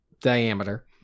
diameter